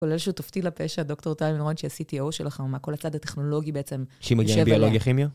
כולל שותפתי לפה שהדוקטור טייל מלרון, שעשיתי אור שלך, הוא אמר, כל הצד הטכנולוגי בעצם יושב ולא...